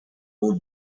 moved